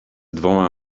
dwoma